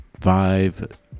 Five